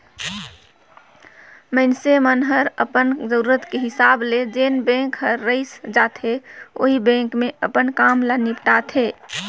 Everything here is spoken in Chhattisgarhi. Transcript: मइनसे मन हर अपन जरूरत के हिसाब ले जेन बेंक हर रइस जाथे ओही बेंक मे अपन काम ल निपटाथें